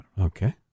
Okay